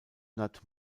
nad